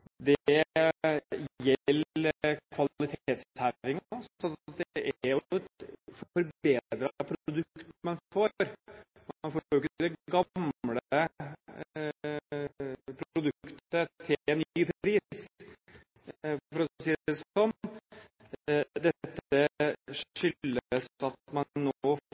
kommunene, gjelder kvalitetshevinger. Det er jo et forbedret produkt man får. Man får jo ikke det gamle produktet til ny pris, for å si det sånn. Dette skyldes at man nå